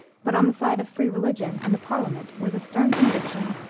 but on the side of free religion and the parliament were the stern conviction,